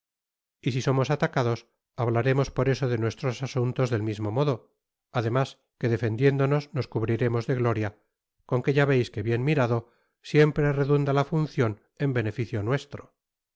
y si somos atacados hablaremos por eso de nuestros asuntos del mismo modo además que defendiéndonos nos cubriremos de gloria con que ya veis que bien mirado siempre redunda la funcion en beneficio nuestro